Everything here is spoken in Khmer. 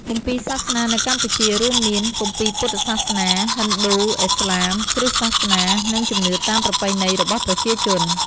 គម្ពីរសាសនានៅកម្ពុជារួមមាន គម្ពីរពុទ្ធសាសនា ហិណ្ឌូ អ៊ីស្លាម គ្រីស្ទសាសនា និង ជំនឿតាមប្រពៃណីរបស់ប្រជាជន។